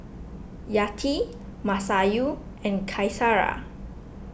Yati Masayu and Qaisara